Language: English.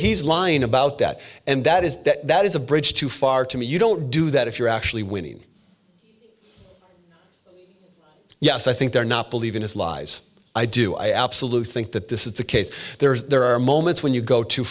he's lying about that and that is that is a bridge too far to me you don't do that if you're actually winning yes i think they're not believing his lies i do i absolutely think that this is the case there is there are moments when you go too